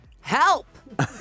Help